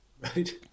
right